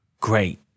great